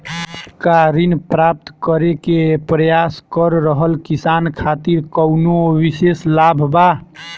का ऋण प्राप्त करे के प्रयास कर रहल किसान खातिर कउनो विशेष लाभ बा?